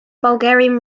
bulgarian